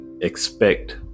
expect